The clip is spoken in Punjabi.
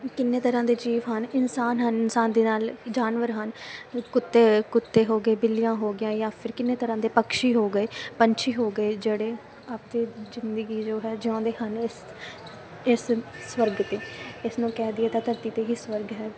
ਕਿੰਨੇ ਤਰ੍ਹਾਂ ਦੇ ਜੀਵ ਹਨ ਇਨਸਾਨ ਹਨ ਇਨਸਾਨ ਦੇ ਨਾਲ ਜਾਨਵਰ ਹਨ ਕੁੱਤੇ ਕੁੱਤੇ ਹੋਗੇ ਬਿੱਲੀਆਂ ਹੋ ਗਈਆਂ ਜਾਂ ਫਿਰ ਕਿੰਨੇ ਤਰ੍ਹਾਂ ਦੇ ਪਕਸ਼ੀ ਹੋ ਗਏ ਪੰਛੀ ਹੋ ਗਏ ਜਿਹੜੇ ਆਪਣੇ ਜਿੰਦਗੀ ਜੋ ਹੈ ਜਿਉਂਦੇ ਹਨ ਇਸ ਇਸ ਸਵਰਗ ਅਤੇ ਇਸਨੂੰ ਕਹਿ ਦਈਏ ਤਾਂ ਧਰਤੀ 'ਤੇ ਹੀ ਸਵਰਗ ਹੈ